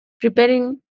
preparing